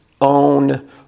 own